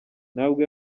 ntabwo